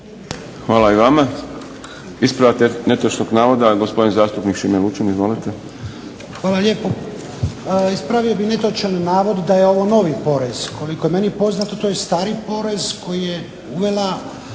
Hvala i vama. Ispravak netočnog navoda, gospodin zastupnik Šime Lučin. Izvolite. **Lučin, Šime (SDP)** Hvala lijepo. Ispravio bih netočan navod da je ovo novi porez. Koliko je meni poznato to je stari porez koji je uvela